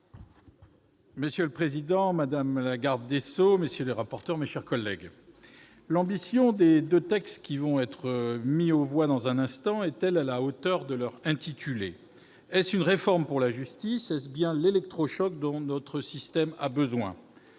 Monsieur le président, madame la garde des sceaux, messieurs les corapporteurs, mes chers collègues, l'ambition des deux textes qui vont être mis aux voix dans un instant est-elle à la hauteur de leur intitulé ? Est-ce une « réforme pour la justice »? Est-ce bien l'électrochoc dont notre système a besoin ?